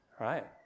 Right